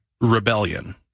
rebellion